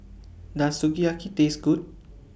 Does Sukiyaki Taste Good